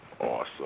Awesome